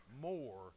more